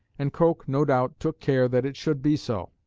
and coke, no doubt, took care that it should be so.